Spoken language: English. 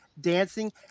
dancing